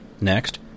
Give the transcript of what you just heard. Next